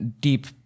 deep